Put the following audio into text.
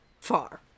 far